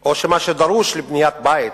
או מה שדרוש לבניית בית,